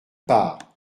part